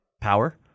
power